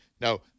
no